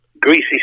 greasy